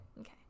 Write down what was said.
okay